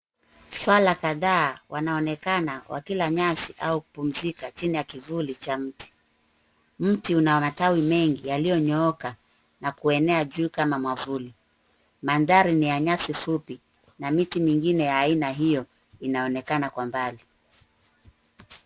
Swara kadhaa wanaonekana wakila nyasi au kupumzika chini ya kivuli cha mti. Mti una matawi mengi yaliyonyooka na kuenea juu kama mwavuli. Mandhari ni ya nyasi fupi na miti mingine ya aina hiyo inaonekana kwa mbali.